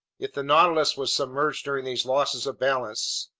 if the nautilus was submerged during these losses of balance,